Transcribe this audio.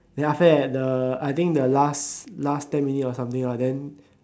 then after that the I think the last last ten minutes or something like then